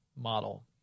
model